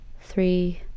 Three